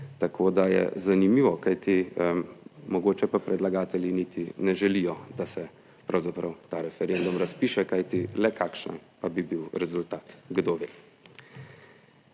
tako da je zanimivo, kajti mogoče pa predlagatelji niti ne želijo, da se pravzaprav ta referendum razpiše, kajti le kakšen pa bi bil rezultat, kdo ve.